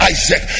Isaac